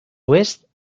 oest